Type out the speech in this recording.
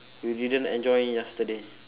you didn't enjoy yesterday